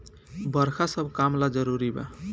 बरखा सब काम ला जरुरी बा